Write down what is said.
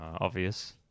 obvious